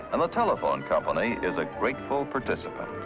um telephone company is a grateful participant.